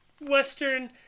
Western